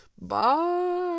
Bye